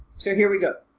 so here we go,